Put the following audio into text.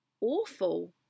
awful